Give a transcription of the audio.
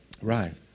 Right